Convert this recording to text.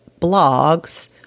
blogs